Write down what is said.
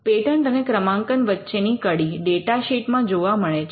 patent અને ક્રમાંકન વચ્ચેની કડી ડેટા શીટ માં જોવા મળે છે